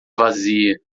vazia